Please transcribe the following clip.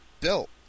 built